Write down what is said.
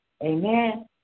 Amen